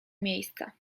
miejsca